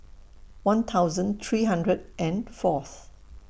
one thousand three hundred and Fourth